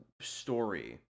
story